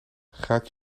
gaat